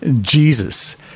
Jesus